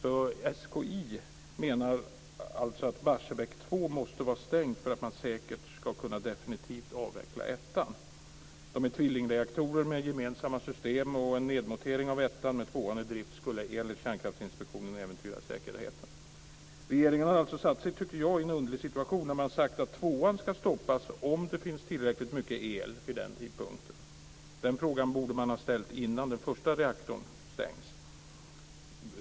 SKI menar alltså att Barsebäck 2 måste vara stängt för att man säkert definitivt ska kunna avveckla ettan. De är tvillingreaktorer med gemensamma system. En nedmontering av ettan med tvåan i drift skulle enligt Kärnkraftsinspektionen äventyra säkerheten. Regering har alltså satt sig, tycker jag, i en underlig situation när man har sagt att tvåan ska stoppas om det finns tillräckligt mycket el vid den tidpunkten. Den frågan borde man ställa sig innan den första reaktorn stängs.